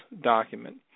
document